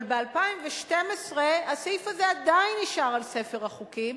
אבל ב-2012 הסעיף הזה עדיין נשאר בספר החוקים,